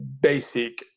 basic